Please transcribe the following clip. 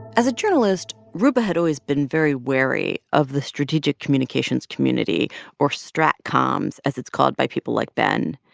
as a journalist, roopa had always been very wary of the strategic communications community or stratcoms as it's called by people like ben.